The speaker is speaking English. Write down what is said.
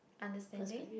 understanding